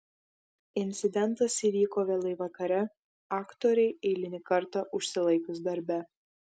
incidentas įvyko vėlai vakare aktorei eilinį kartą užsilaikius darbe